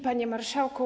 Panie Marszałku!